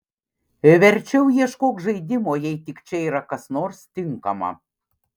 verčiau ieškok žaidimo jei tik čia yra kas nors tinkama